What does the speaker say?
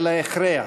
אלא הכרח.